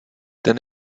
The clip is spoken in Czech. ten